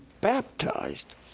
baptized